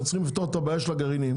צריכים לפתור את הבעיה של הגרעינים